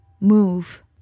Move